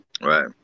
Right